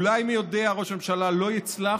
אולי, מי יודע, אם ראש הממשלה לא יצלח